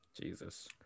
Jesus